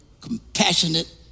compassionate